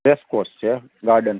racecourse છે garden